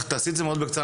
תעשי את זה מאוד בקצרה,